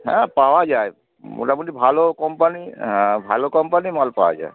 হ্যাঁ পাওয়া যায় মোটামুটি ভালো কোম্পানি হ্যাঁ ভালো কোম্পানির মাল পাওয়া যায়